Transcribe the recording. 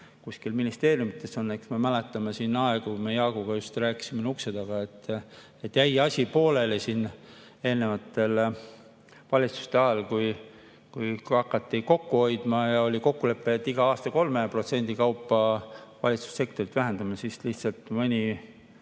kuskil ministeeriumis on. Eks me mäletame siin aegu, me Jaaguga just rääkisime ukse taga, et asi jäi pooleli eelnevate valitsuste ajal. Kui hakati kokku hoidma ja oli kokkulepe, et iga aasta 3% kaupa valitsussektorit vähendame, siis lihtsalt mõnes